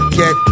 get